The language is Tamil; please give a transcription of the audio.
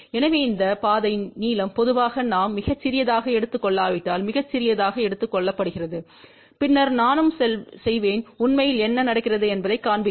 எனவே இந்த பாதை நீளம் பொதுவாக நாம் மிகச் சிறியதாக எடுத்துக் கொள்ளாவிட்டால் மிகச் சிறியதாக எடுத்துக் கொள்ளப்படுகிறது பின்னர் நானும் செய்வேன் உண்மையில் என்ன நடக்கிறது என்பதைக் காண்பிக்கும்